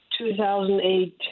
2008